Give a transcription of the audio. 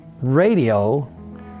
radio